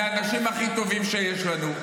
אלה האנשים הכי טובים שיש לנו,